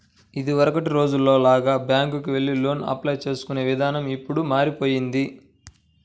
ఇదివరకటి రోజుల్లో లాగా బ్యేంకుకెళ్లి లోనుకి అప్లై చేసుకునే ఇదానం ఇప్పుడు మారిపొయ్యింది